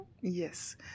Yes